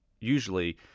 usually